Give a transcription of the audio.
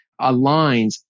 aligns